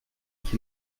qui